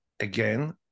again